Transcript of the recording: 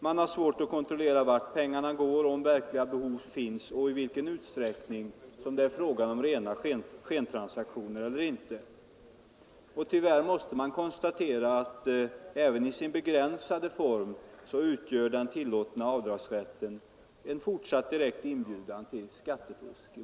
Man har svårt att kontrollera vart pengarna går, om verkliga behov finns och om det är fråga om rena skentransaktioner eller inte. Tyvärr måste man konstatera att den tillåtna avdragsrätten även i sin begränsade form i många fall utgör en fortsatt direkt inbjudan till skattefusk.